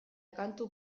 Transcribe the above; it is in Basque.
kantu